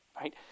right